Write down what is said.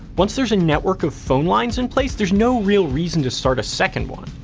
once there's a network of phone lines in place, there's no real reason to start a second one.